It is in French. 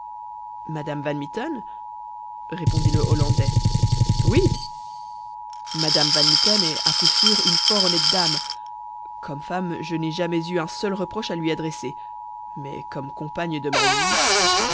madame van mitten répondit le hollandais oui madame van mitten est à coup sûr une fort honnête dame comme femme je n'ai jamais eu un seul reproche à lui adresser mais comme compagne de ma vie